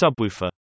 subwoofer